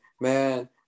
Man